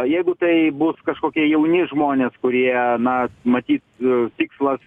jeigu tai bus kažkokie jauni žmonės kurie na matyt tikslas